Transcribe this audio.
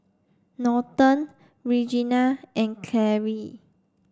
Norton Reginal and Claire